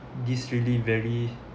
this really very